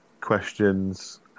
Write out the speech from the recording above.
questions